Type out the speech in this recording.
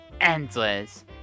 endless